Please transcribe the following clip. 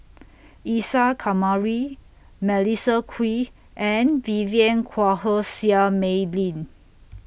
Isa Kamari Melissa Kwee and Vivien Quahe Seah Mei Lin